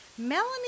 Melanie